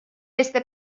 este